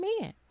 men